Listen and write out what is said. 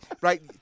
right